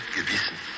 Gewissen